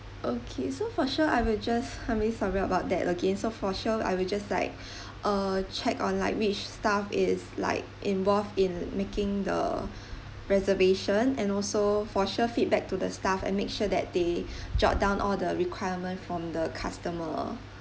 okay so for sure I will just I'm really sorry about that again for sure I will just like uh check on like which staff is like involved in making the reservation and also for sure feedback to the staff and make sure that they jot down all the requirement from the customer